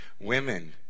Women